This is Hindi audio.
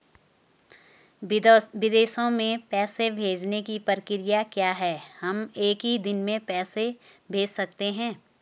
विदेशों में पैसे भेजने की प्रक्रिया क्या है हम एक ही दिन में पैसे भेज सकते हैं?